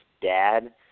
dad